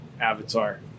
Avatar